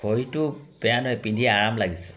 ঘড়ীটো বেয়া নহয় পিন্ধি আৰাম লাগিছে